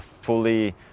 fully